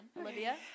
Olivia